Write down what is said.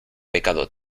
pecado